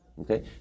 Okay